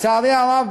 לצערי הרב,